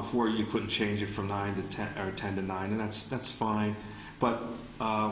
before you could change it from nine to ten or ten to nine and that's fine but